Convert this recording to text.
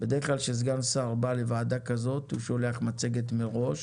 בדרך כלל כשסגן שר בא לוועדה כזאת הוא שולח מצגת מראש